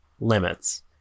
limits